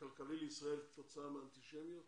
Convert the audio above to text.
הכלכלי לישראל שנגרם כתוצאה מהאנטישמיות